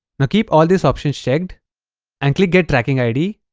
now, keep all these options checked and click get tracking id